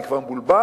אני כבר מבולבל,